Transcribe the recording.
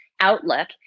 outlook